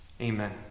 Amen